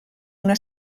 una